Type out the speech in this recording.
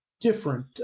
different